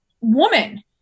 woman